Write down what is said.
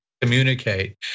communicate